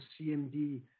CMD